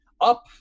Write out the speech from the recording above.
up